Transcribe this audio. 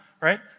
right